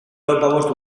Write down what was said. lauzpabost